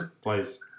please